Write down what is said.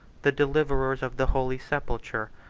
the deliverers of the holy sepulchre,